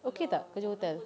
okay tak kerja hotel